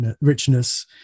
richness